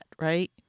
Right